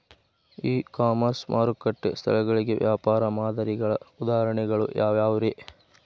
E commerce ಮಾರುಕಟ್ಟೆ ಸ್ಥಳಗಳಿಗೆ ವ್ಯಾಪಾರ ಮಾದರಿಗಳ ಉದಾಹರಣೆಗಳು ಯಾವವುರೇ?